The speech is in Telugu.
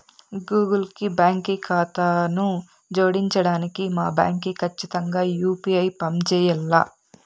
గూగుల్ కి బాంకీ కాతాను జోడించడానికి మా బాంకీ కచ్చితంగా యూ.పీ.ఐ పంజేయాల్ల